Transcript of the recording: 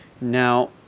Now